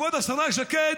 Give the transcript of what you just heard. וכבוד השרה שקד,